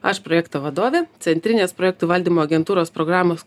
aš projekto vadovė centrinės projektų valdymo agentūros programos